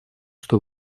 что